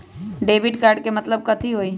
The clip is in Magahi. डेबिट कार्ड के मतलब कथी होई?